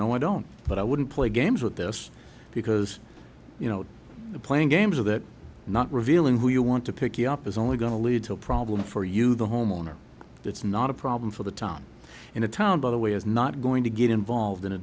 no i don't but i wouldn't play games with this because you know playing games or that not revealing who you want to pick you up is only going to lead to a problem for you the homeowner that's not a problem for the town in a town by the way is not going to get involved in a